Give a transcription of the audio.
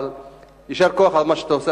אבל יישר כוח על מה שאתה עושה,